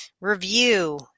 review